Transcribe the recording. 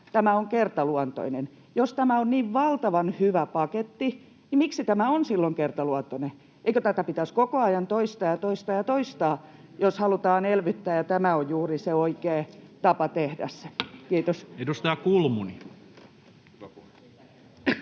tämä on kertaluontoinen. Jos tämä on niin valtavan hyvä paketti, niin miksi tämä on silloin kertaluontoinen? Eikö tätä pitäisi koko ajan toistaa ja toistaa ja toistaa, jos halutaan elvyttää ja tämä on juuri se oikea tapa tehdä se? — Kiitos. [Speech 112]